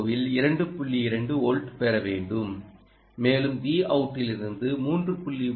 2 volt பெற வேண்டும் மேலும் Vout லிருந்து 3